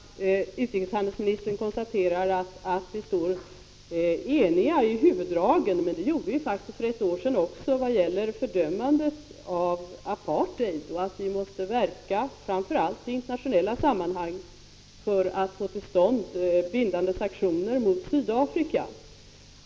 Herr talman! Jag tycker att det är både glädjande och positivt att utrikeshandelsministern konstaterar att vi står eniga när det gäller huvuddragen. Men det gjorde vi faktiskt också för ett år sedan vad gäller både fördömandet av apartheid och i uppfattningen att vi, framför allt i internationella sammanhang, måste verka för att få till stånd bindande sanktioner mot Sydafrika.